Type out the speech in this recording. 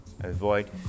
avoid